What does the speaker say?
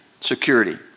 security